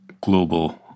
global